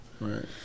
right